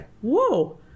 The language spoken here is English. whoa